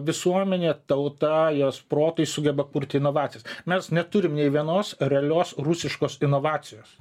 visuomenė tauta jos protai sugeba kurti inovacijas mes neturim nei vienos realios rusiškos inovacijos